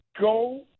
go